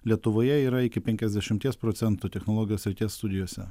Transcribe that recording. lietuvoje yra iki penkiasdešimties procentų technologijos srities studijose